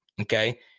Okay